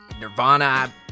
Nirvana